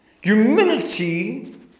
Humility